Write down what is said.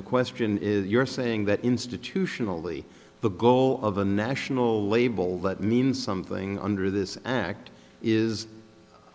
the question is you're see in that institutionally the goal of a national label that means something under this act is